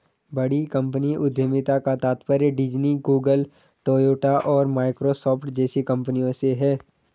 बड़ी कंपनी उद्यमिता का तात्पर्य डिज्नी, गूगल, टोयोटा और माइक्रोसॉफ्ट जैसी कंपनियों से है